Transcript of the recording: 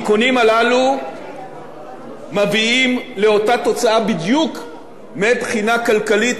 התיקונים הללו מביאים לאותה תוצאה בדיוק מבחינה כלכלית,